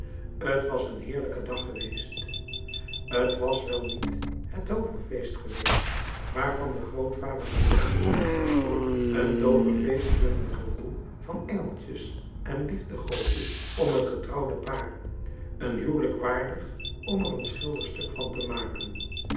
t was een heerlijke dag geweest t was wel niet het tooverfeest geweest waarvan de grootvader gedroomd had een tooverfeest met een gewoel van engeltjes en liefdegoodjes om het getrouwde paar een huwelijk waardig om er een schilderstuk van te maken